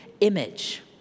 image